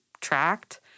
tracked